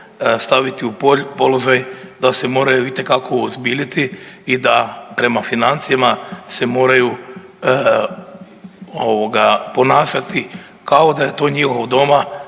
staviti u položaj da se moraj itekako uozbiljiti i da prema financijama se moraju ponašati kao da je to njihov doma